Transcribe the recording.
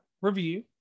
review